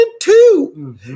two